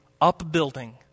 upbuilding